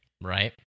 right